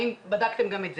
האם בדקתם גם את זה?